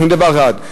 אנחנו יודעים דבר אחד,